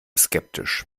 skeptisch